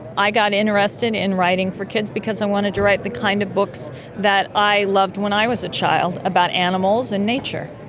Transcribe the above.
i got interested in writing for kids because i wanted to write the kind of books that i loved when i was a child about animals and nature.